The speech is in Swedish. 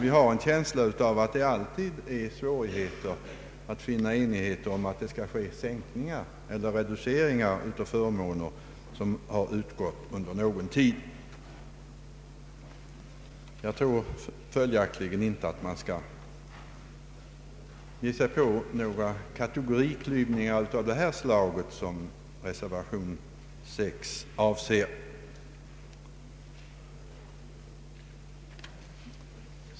Vi har en känsla av att det alltid uppstår svårigheter att nå enighet när det gäller sänkning eller reducering av förmåner som utgått under någon tid. Jag tror följaktligen att man inte skall ge sig in på någon kategoriklyvning av det slag som reservation 6 avser.